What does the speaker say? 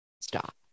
stop